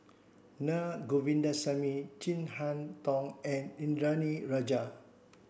Na Govindasamy Chin Harn Tong and Indranee Rajah